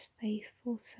faithful